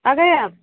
आ गए आप